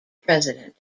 president